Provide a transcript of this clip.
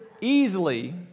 easily